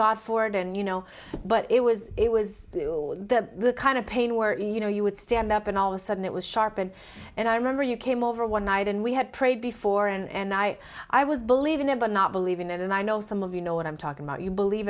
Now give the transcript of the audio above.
god for it and you know but it was it was the kind of pain where you know you would stand up and all of a sudden it was sharpened and i remember you came over one night and we had prayed before and i i was believing them but not believing it and i know some of you know what i'm talking about you believe